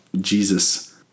Jesus